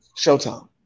Showtime